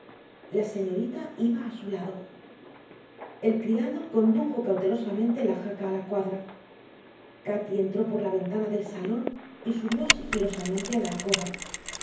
la señorita iba a su lado el criado condujo cautelosamente la jaca a la cuadra cati entró por la ventana del salón y subió sigilosamente a la alcoba